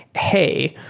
hey,